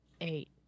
Eight